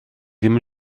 ddim